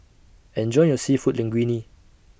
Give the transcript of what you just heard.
Enjoy your Seafood Linguine